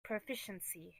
proficiency